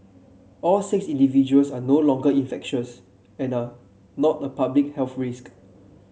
all six individuals are no longer infectious and are not a public health risk